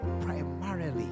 primarily